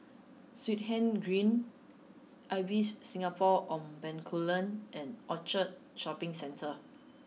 Swettenham Green Ibis Singapore on Bencoolen and Orchard Shopping Centre